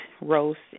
roast